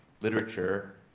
literature